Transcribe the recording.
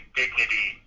dignity